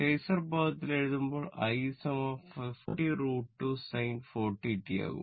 phasor പദത്തിൽ എഴുതുമ്പോൾ i 50 √ 2 sin 40t ആകും